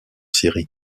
syrie